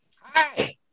Hi